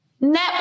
Net